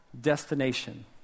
destination